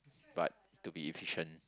but to be efficient